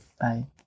Bye